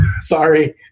Sorry